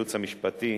הייעוץ המשפטי,